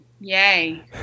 yay